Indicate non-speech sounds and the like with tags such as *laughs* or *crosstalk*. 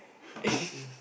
*laughs*